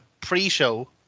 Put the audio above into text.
pre-show